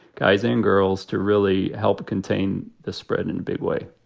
guys and girls, to really help contain the spread in a big way,